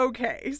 Okay